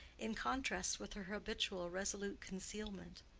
in contrast with her habitual resolute concealment.